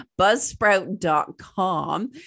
buzzsprout.com